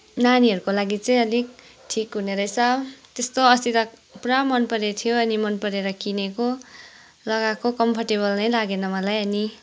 नानीहरूको लागि चाहिँ अलिक ठिक हुने रहेछ त्यस्तो अस्ति त पुरा मनपरेको थियो अनि मन परेर किनेको लगाएको कम्फोर्टेबल नै लागेन मलाई अनि